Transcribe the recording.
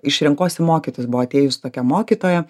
iš renkuosi mokyti buvo atėjusi tokia mokytoja